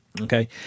Okay